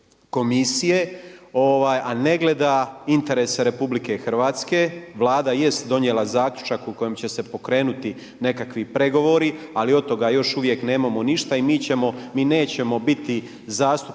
komisije, a ne gleda interese RH. Vlada jest donijela zaključak u kojem će se pokrenuti nekakvi pregovori, ali od toga još uvijek nemamo ništa i mi nećemo biti zastupnici